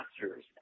masters